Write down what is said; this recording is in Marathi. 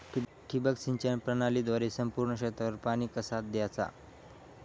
ठिबक सिंचन प्रणालीद्वारे संपूर्ण क्षेत्रावर पाणी कसा दयाचा?